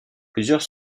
plusieurs